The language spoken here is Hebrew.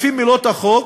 לפי מילות החוק,